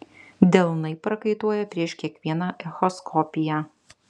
delnai prakaituoja prieš kiekvieną echoskopiją